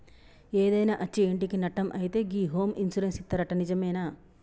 ఏదైనా అచ్చి ఇంటికి నట్టం అయితే గి హోమ్ ఇన్సూరెన్స్ ఇత్తరట నిజమేనా